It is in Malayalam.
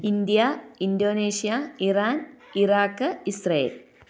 India Indonesia Iran Iraq Israel